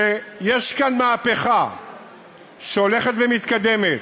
שיש כאן מהפכה שהולכת ומתקדמת.